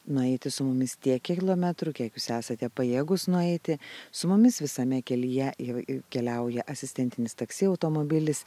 nueiti su mumis tiek kilometrų kiek jūs esate pajėgus nueiti su mumis visame kelyje jau keliauja asistentinis taksi automobilis